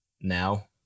Now